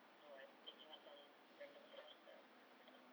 so I taking up some random course ah